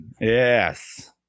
Yes